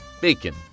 Bacon